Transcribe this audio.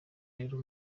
rero